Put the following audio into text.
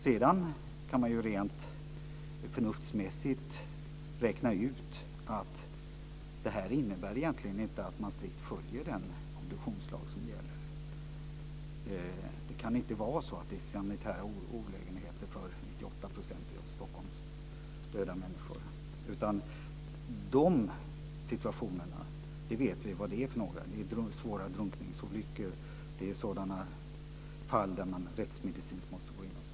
Vi kan också rent förnuftsmässigt räkna ut att man inte strikt följer den obduktionslag som gäller. Det kan inte vara så att sanitära olägenheter gäller för 98 % av de människor som dör i Stockholm. Vi vet vilka situationer som det är fråga om: vid svåra drunkningsolyckor, fall där man måste gå in rättsmedicinskt osv.